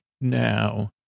now